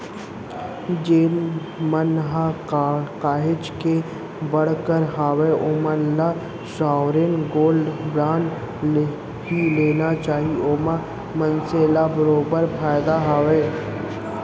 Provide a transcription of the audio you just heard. जेन मन ह काहेच के बड़हर हावय ओमन ल तो साँवरेन गोल्ड बांड ही लेना चाही ओमा मनसे ल बरोबर फायदा हावय